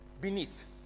beneath